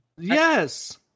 yes